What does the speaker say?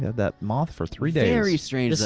that moth for three days. very strange.